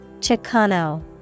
Chicano